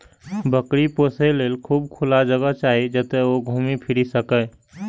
बकरी पोसय लेल खूब खुला जगह चाही, जतय ओ घूमि फीरि सकय